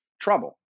trouble